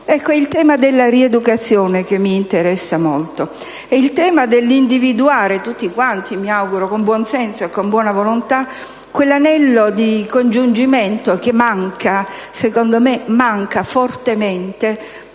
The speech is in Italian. Ecco, è il tema della rieducazione che mi interessa molto, il tema dell'individuare - tutti quanti, mi auguro, con buon senso e buon volontà - quell'anello di congiungimento che, secondo me, manca in maniera